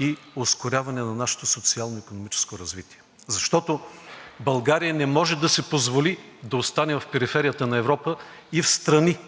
и ускоряване на нашето социално-икономическо развитие, защото България не може да си позволи да остане в периферията на Европа и встрани